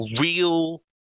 real